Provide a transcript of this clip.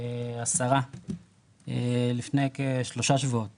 השרה לפני כשלושה שבועות